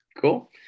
Cool